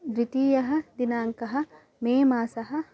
द्वितीयः दिनाङ्कः मे मासः